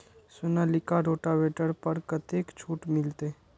Sonalika rotavator पर कतेक छूट मिलते?